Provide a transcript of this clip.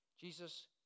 Jesus